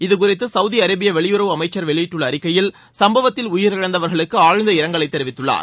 இதுகுறித்து சவுதி அரேபிய வெளியுறவு அமைச்சர் வெளியிட்டுள்ள அறிக்கையில் சும்பவத்தில் உயிரிழந்தவர்களுக்கு ஆழ்ந்த இரங்கலை தெரிவித்துள்ளார்